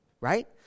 right